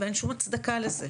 ואין שום הצדקה לזה.